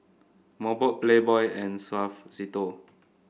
Mobot Playboy and Suavecito